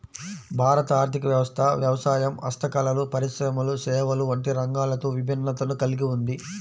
భారత ఆర్ధిక వ్యవస్థ వ్యవసాయం, హస్తకళలు, పరిశ్రమలు, సేవలు వంటి రంగాలతో విభిన్నతను కల్గి ఉంది